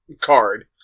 card